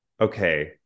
Okay